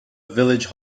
village